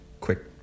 quick